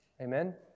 Amen